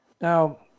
Now